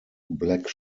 black